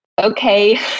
Okay